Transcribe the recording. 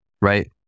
right